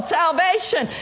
salvation